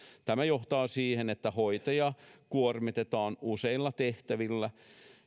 tämä johtaa siihen että hoitajaa kuormitetaan useilla tehtävillä